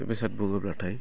बेसाद बुङोब्लाथाय